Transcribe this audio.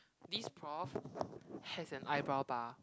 this prof has an eyebrow bar